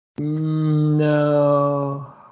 No